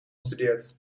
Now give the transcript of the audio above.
studeert